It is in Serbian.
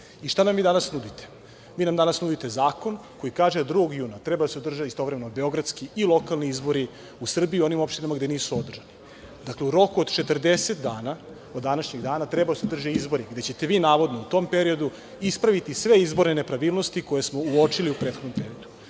Šta nam vi danas nudite? Vi nam danas nudite zakon koji kaže da 2. juna treba da se održe istovremeno beogradski i lokalni izbori u Srbiji u onim opštinama gde nisu održani. Dakle, u roku od 40 dana od današnjeg dana treba da se održe izbori gde ćete vi, navodno, u tom periodu ispraviti sve izborne nepravilnosti koje smo uočili u prethodnom periodu. Počeću